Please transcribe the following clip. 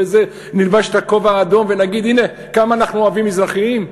נלבש את הכובע האדום ונגיד כמה אנחנו אוהבים מזרחיים?